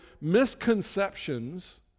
misconceptions